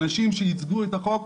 האנשים שייצגו את החוק,